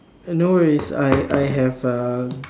uh no worries I I I have uh